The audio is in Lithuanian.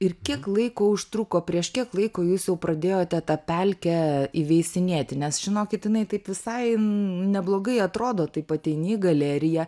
ir kiek laiko užtruko prieš kiek laiko jūs jau pradėjote tą pelkę įveisinėti nes žinokit jinai taip visai neblogai atrodo taip ateini į galeriją